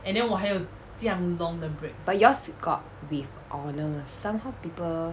but yours got with honours somehow people